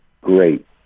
great